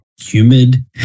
humid